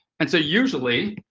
and so usually,